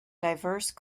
diverse